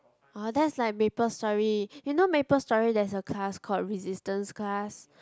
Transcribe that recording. [wah] that's like Maplestory you know Maplestory there's a class called Resistance Class